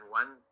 one